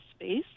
space